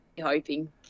hoping